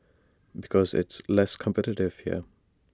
because it's less competitive here